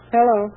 Hello